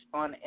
on